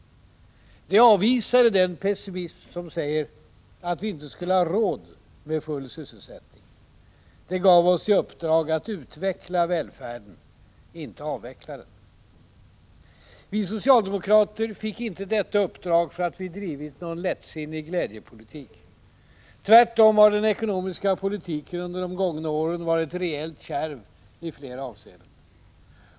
Det avvisade den pessimism som säger att vi inte skulle ha råd med full sysselsättning. Det gav oss i uppdrag att utveckla välfärden — inte avveckla den. Vi socialdemokrater fick inte detta uppdrag för att vi drivit någon lättsinnig glädjepolitik. Tvärtom har den ekonomiska politiken under de gångna åren varit rejält kärv i flera avseenden.